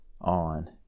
on